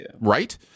Right